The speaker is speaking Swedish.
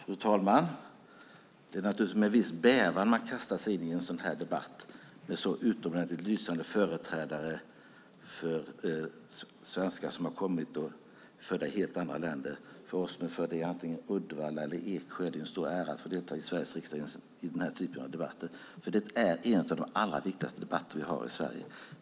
Fru talman! Det är naturligtvis med viss bävan man kastar sig in i en debatt med så utomordentligt lysande företrädare för svenskar som är födda i helt andra länder. För oss som är födda i antingen Uddevalla eller Eksjö är det en stor ära att få delta i denna typ av debatt i Sveriges riksdag. Detta är nämligen en av de allra viktigaste debatterna vi har i Sverige.